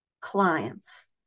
clients